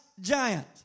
giant